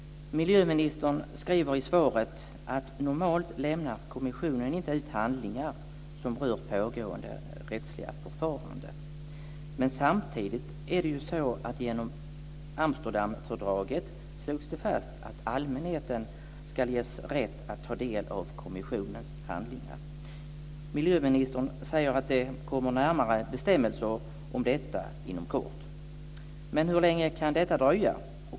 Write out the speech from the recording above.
Miljöministern skriver i svaret att kommissionen normalt inte lämnar ut handlingar som rör pågående rättsliga förfaranden. Samtidigt slogs det fast genom Amsterdamfördraget att allmänheten ska ges rätt att ta del av kommissionens handlingar. Miljöministern säger att det kommer närmare bestämmelser om detta inom kort. Men hur länge kan det dröja?